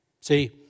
See